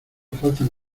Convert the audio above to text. faltan